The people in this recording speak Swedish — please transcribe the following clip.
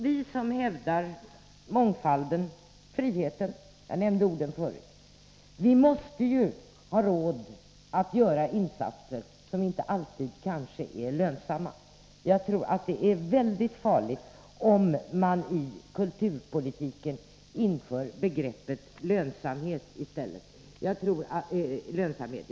Vi som hävdar mångfalden och friheten, jag nämnde orden förut, måste ha råd att göra insatser som inte alltid är lönsamma. Jag tror att det är mycket farligt, om man i kulturpolitiken inför begreppet lönsamhet.